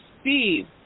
Steve